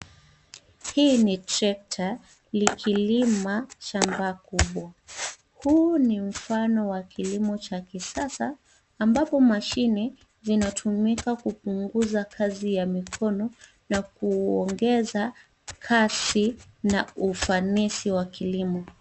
Hii ni tractor likilima shamba kubwa. Huu ni mfano wa kilimo cha kisasa ambapo mashine zinatumika kupunguza kazi ya mikono na kuongeza kasi na ufanisi wa kilimo.